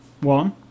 one